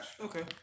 Okay